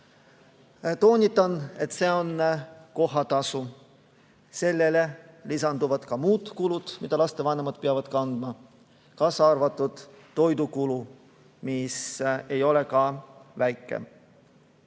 Toonitan, et see on kohatasu. Sellele lisanduvad muud kulud, mida lastevanemad peavad kandma, kaasa arvatud toidukulu, mis ei ole ka väike.